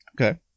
Okay